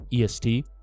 EST